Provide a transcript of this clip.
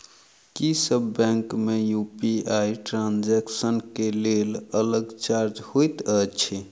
की सब बैंक मे UPI transaction केँ लेल अलग चार्ज होइत अछि?